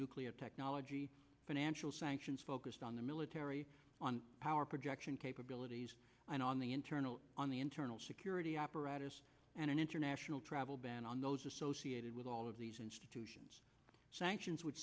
nuclear technology financial sanctions focused on the military on power projection capabilities and on the internal on the internal security apparatus and an international travel ban on those associated with all of these institutions sanctions would